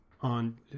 on